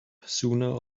sooner